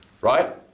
right